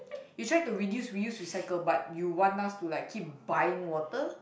you try to reduce reuse recycle but you want us to like keep buying water